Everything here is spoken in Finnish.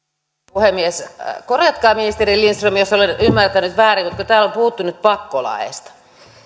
puhemies korjatkaa ministeri lindström jos olen ymmärtänyt väärin täällä on puhuttu nyt pakkolaeista